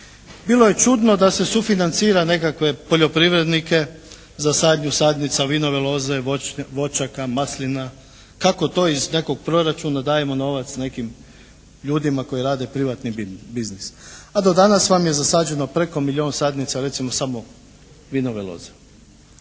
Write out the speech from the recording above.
bilo je čudno da se sufinancira nekakve poljoprivrednike za sadnju sadnica vinove loze, voćaka, maslina, kako to iz nekog proračuna dajemo novac nekim ljudima koji rade privatni biznis. A do danas vam je zasađeno preko milijun sadnica recimo samo vinove loze.